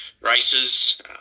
races